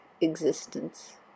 existence